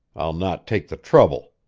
i'll not take the trouble!